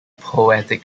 poetic